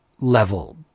level